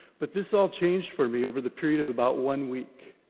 but this all changed for me over the period of about one week.